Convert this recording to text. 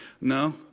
No